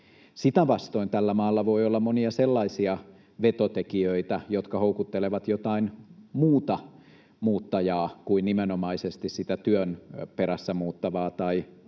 Sitä vastoin tällä maalla voi olla monia sellaisia vetotekijöitä, jotka houkuttelevat jotain muuta muuttajaa kuin nimenomaisesti sitä työn perässä muuttavaa tai